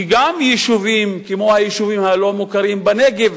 שגם יישובים כמו היישובים הלא-מוכרים בנגב,